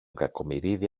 κακομοιρίδη